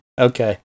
Okay